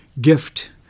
gift